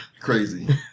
crazy